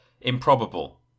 improbable